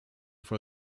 for